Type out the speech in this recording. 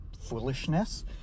foolishness